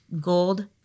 gold